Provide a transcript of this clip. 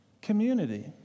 Community